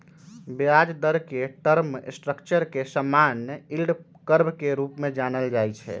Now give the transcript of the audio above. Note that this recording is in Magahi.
ब्याज दर के टर्म स्ट्रक्चर के समान्य यील्ड कर्व के रूपे जानल जाइ छै